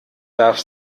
darf